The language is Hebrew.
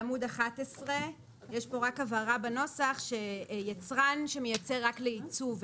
בעמוד 11 יש פה רק הבהרה בנוסח שיצרן שמייצר רק לעיצוב,